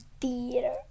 theater